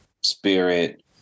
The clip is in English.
spirit